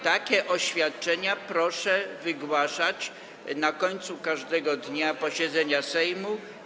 Takie oświadczenia proszę wygłaszać na końcu każdego dnia posiedzenia Sejmu.